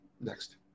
next